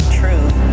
truth